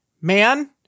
man